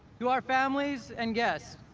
to our families and guests,